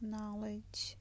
Knowledge